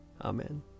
Amen